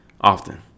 often